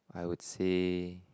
I would say